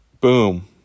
boom